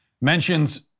mentions